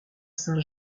saint